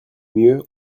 mieux